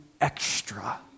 extra